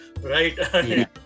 right